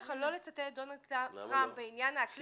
לך לא לצטט את דונלד טראמפ בעניין האקלים.